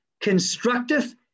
constructive